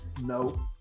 No